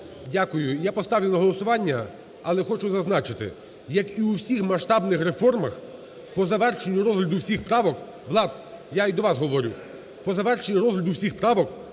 Дякую. Я поставлю на голосування, але хочу зазначити, як і у всіх масштабних реформах, по завершенню розгляду всіх правок (Влад, я і до вас говорю), по завершенню розгляду всіх правок